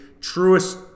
truest